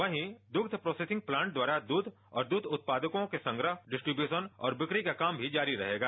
वहीं दुन्व processing plant द्वारा दूध उत्पादकों के संग्रह और डिस्ट्रीव्यूशन और विक्री का काम भी जारी रहेगा